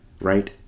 right